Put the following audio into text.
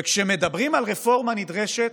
וכשמדברים על רפורמה נדרשת,